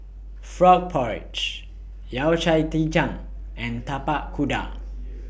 Frog Porridge Yao Cai Ji Tang and Tapak Kuda